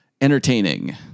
entertaining